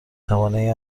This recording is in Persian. توانایی